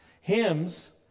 Hymns